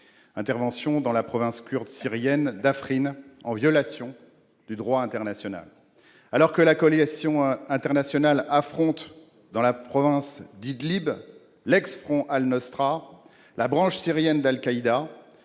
turque dans la province kurde syrienne d'Afrin, conduite en violation du droit international. Alors que la coalition internationale affronte, dans la province d'Idlib, l'ex-Front al-Nosra, la branche syrienne d'Al-Qaïda,